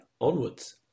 onwards